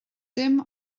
dim